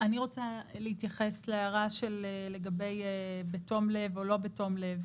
אני רוצה להתייחס להערה לגבי בתום לב או לא בתום לב.